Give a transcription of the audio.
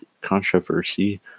controversy